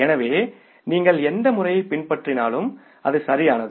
எனவே நீங்கள் எந்த முறையை பின்பற்றினாலும் அது சரியானது